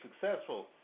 successful